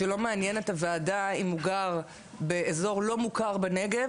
ולא מעניין את הוועדה אם הוא גר באזור לא מוכר בנגב,